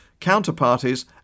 counterparties